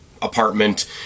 apartment